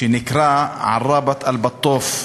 שנקרא עראבת-אלבטוף,